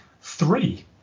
Three